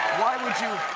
why would you